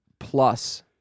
Plus